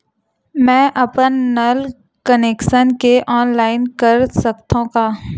मैं अपन नल कनेक्शन के ऑनलाइन कर सकथव का?